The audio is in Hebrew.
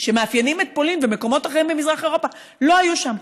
שמאפיינים את פולין ומקומות אחרים במזרח אירופה לא היו שם.